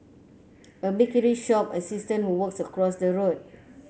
a bakery shop assistant who works across the road